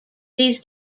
these